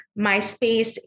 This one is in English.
MySpace